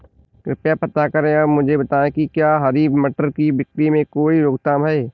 कृपया पता करें और मुझे बताएं कि क्या हरी मटर की बिक्री में कोई रोकथाम है?